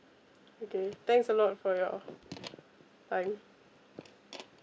okay thanks a lot for your time